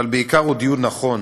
אבל בעיקר הוא דיון נכון,